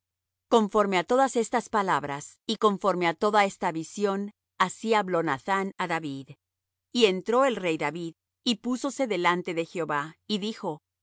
conforme á todas estas palabras y conforme á toda esta visión así habló nathán á david y entró el rey david y púsose delante de jehová y dijo